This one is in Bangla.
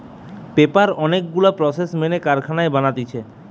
পেপার অনেক গুলা প্রসেস মেনে কারখানায় বানাতিছে